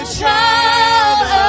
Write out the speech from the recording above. child